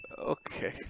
Okay